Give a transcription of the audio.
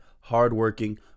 hardworking